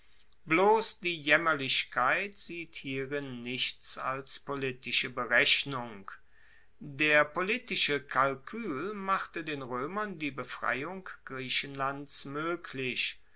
bloss die jaemmerlichkeit sieht hierin nichts als politische berechnung der politische kalkuel machte den roemern die befreiung griechenlands moeglich